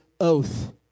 oath